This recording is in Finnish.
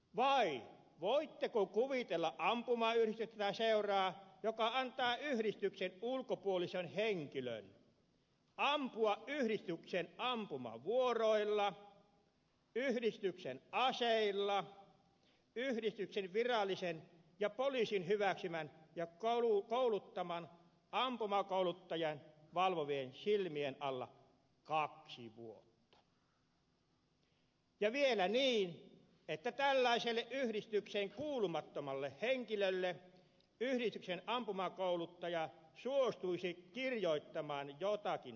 vai voitteko kuvitella ampumayhdistystä tai seuraa joka antaa yhdistyksen ulkopuolisen henkilön ampua yhdistyksen ampumavuoroilla yhdistyksen aseilla yhdistyksen virallisen ja poliisin hyväksymän ja kouluttaman ampumakouluttajan valvovien silmien alla kaksi vuotta ja vielä niin että tällaiselle yhdistykseen kuulumattomalle henkilölle yhdistyksen ampumakouluttaja suostuisi kirjoittamaan joitakin todistuksia